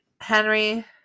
Henry